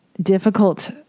difficult